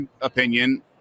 opinion